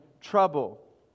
trouble